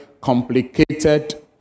complicated